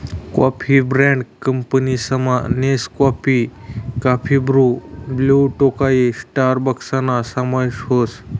coffee brand कंपनीसमा Nescafe, coffee Bru, Blue Tokai स्टारबक्सना समावेश व्हस